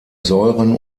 säuren